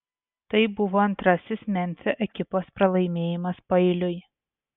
tai buvo antrasis memfio ekipos pralaimėjimas paeiliui